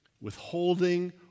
withholding